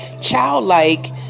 childlike